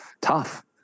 tough